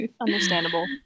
Understandable